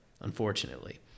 unfortunately